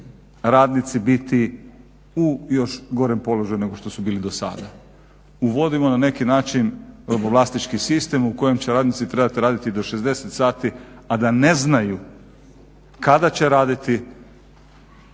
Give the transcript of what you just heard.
radnici biti u još gorem položaju nego što su bili do sada. Uvodimo na neki način robovlasnički sistem u kojem će radnici trebati do 60 sati, a da ne znaju kada će raditi,